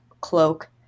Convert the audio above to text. cloak